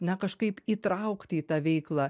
na kažkaip įtraukti į tą veiklą